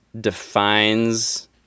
defines